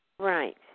Right